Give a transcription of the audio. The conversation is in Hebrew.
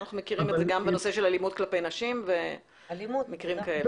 אנחנו מכירים את זה גם באלימות כלפי נשים ומקרים דומים.